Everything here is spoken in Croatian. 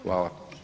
Hvala.